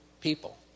people